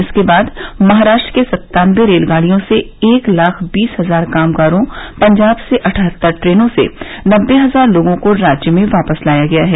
इसके बाद महाराष्ट्र से सत्तानबे रेलगाड़ियों से एक लाख बीस हजार कामगारों पंजाब से अठहत्तर ट्रेनों से नब्बे हजार लोगों को राज्य में वापस लाया गया है